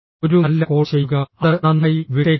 ഒരു നല്ല കോൾ ചെയ്യുക അത് നന്നായി വിട്ടേക്കുക